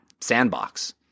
sandbox